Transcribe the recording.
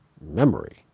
memory